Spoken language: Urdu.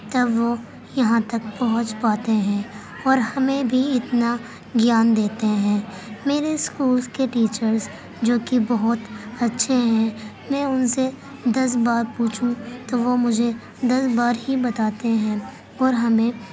تب وہ یہاں تک پہنچ پاتے ہیں اور ہمیں بھی اتنا گیان دیتے ہیں میرے اسکولس کے ٹیچرس جو کہ بہت اچھے ہیں میں ان سے دس بار پوچھوں تو وہ مجھے دس بار ہی بتاتے ہیں اور ہمیں